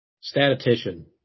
Statistician